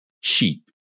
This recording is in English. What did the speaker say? sheep